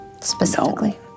Specifically